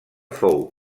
fou